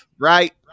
right